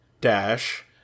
dash